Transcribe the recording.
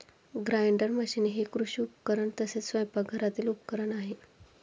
grinder machine हे कृषी उपकरण तसेच स्वयंपाकघरातील उपकरण आहे